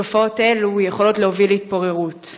תופעות אלו יכולות להוביל להתפוררות,